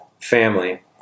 family